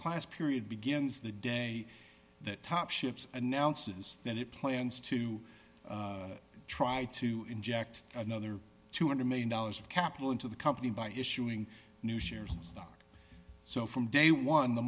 class period begins the day that top ships announces that it plans to try to inject another two hundred million dollars of capital into the company by issuing new shares of stock so from day one the